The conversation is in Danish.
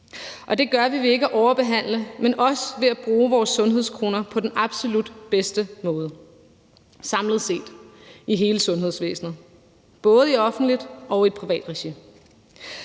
det gør vi ved ikke at overbehandle, men også ved at bruge vores sundhedskroner på den absolut bedste måde samlet set i hele sundhedsvæsenet, både i offentligt og i privat regi.